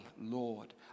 Lord